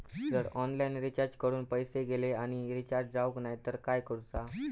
जर online recharge करून पैसे गेले आणि रिचार्ज जावक नाय तर काय करूचा?